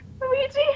Luigi